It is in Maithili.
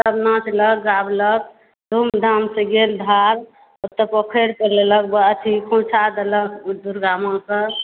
सब नाचलक गौलक धुमधामसँ गेल धार ओतऽ पोखरि लग पहुँचा देलक दुर्गा माँके